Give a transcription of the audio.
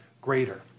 greater